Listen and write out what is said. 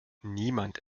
niemand